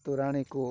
ତୋରାଣୀକୁ